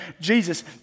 Jesus